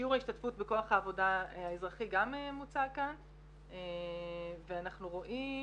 שיעור ההשתתפות בכוח העבודה האזרחי גם מוצג כאן ואנחנו רואים